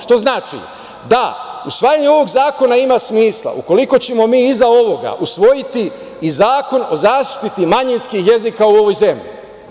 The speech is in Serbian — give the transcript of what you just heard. Što znači da usvajanje ovog zakona ima smisla ukoliko ćemo mi iza ovoga usvojiti i zakon o zaštiti manjinskih jezika u ovoj zemlji.